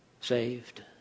saved